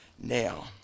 Now